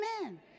amen